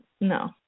No